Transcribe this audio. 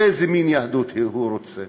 איזה מין יהדות הוא רוצה.